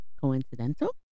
coincidental